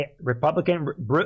Republican